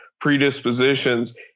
predispositions